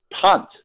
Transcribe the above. punt